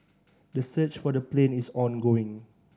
the search for the plane is ongoing